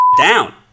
down